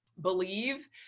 believe